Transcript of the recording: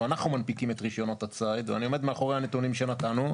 מנפיקים את רישיונות הציד ואני עומד מאחורי הנתונים שנתנו.